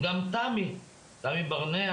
גם תמי ברנע,